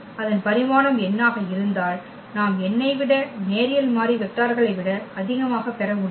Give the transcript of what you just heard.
அதன் பரிமாணம் n ஆக இருந்தால் நாம் n ஐ விட நேரியல் மாறி வெக்டார்களை விட அதிகமாக பெற முடியாது